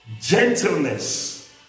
gentleness